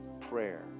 prayer